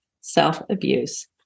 self-abuse